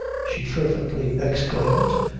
she fervently exclaimed,